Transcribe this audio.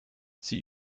sie